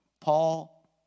Paul